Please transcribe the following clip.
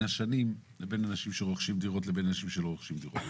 הרוכשים דירות לבין אלה שלא רוכשים דירות.